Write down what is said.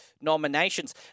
nominations